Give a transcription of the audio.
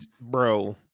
Bro